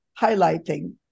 highlighting